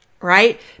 right